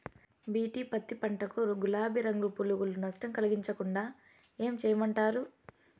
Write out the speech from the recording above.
BT పత్తి పంట కు, గులాబీ రంగు పులుగులు నష్టం కలిగించకుండా ఏం చేయమంటారు?